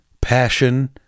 passion